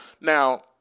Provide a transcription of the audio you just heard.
Now